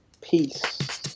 peace